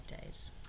days